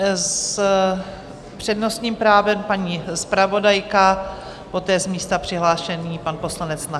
S přednostním právem paní zpravodajka, poté z místa přihlášený pan poslanec Nacher.